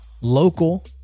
local